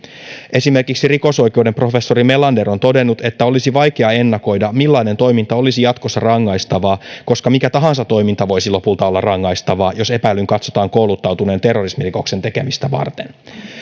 esimerkiksi rikosoikeuden professori melander on todennut että olisi vaikea ennakoida millainen toiminta olisi jatkossa rangaistavaa koska mikä tahansa toiminta voisi lopulta olla rangaistavaa jos epäillyn katsotaan kouluttautuneen terrorismirikoksen tekemistä varten